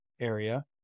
area